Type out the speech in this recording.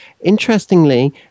interestingly